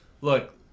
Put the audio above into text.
look